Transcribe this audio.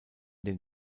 den